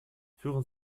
führen